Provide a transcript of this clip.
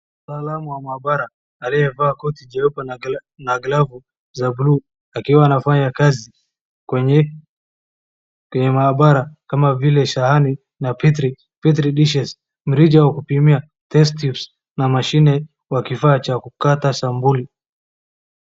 Mtaalamu wa maabara aliyevaa koti jeupe na glavu za blue akiwa anafanya kazi kwenye maabara kama vile sahani na petri dishes , mrija wa kupia, test tubes na mashine wa kifaa cha kukata sampuli.